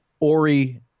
ori